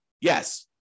Yes